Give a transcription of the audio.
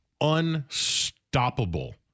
unstoppable